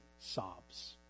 sobs